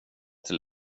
till